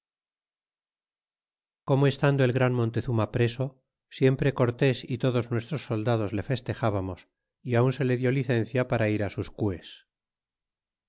como estando el gran montezuma preso siempre cortés y todos nuestros soldados le festejábamos y aun se le dió licencia para ir d sus cues